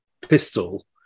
pistol